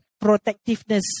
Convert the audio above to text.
protectiveness